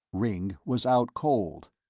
ringg was out cold.